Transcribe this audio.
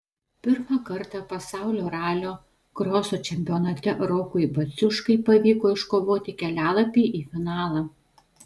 pirmą kartą pasaulio ralio kroso čempionate rokui baciuškai pavyko iškovoti kelialapį į finalą